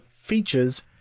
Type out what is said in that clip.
features